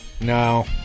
No